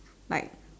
like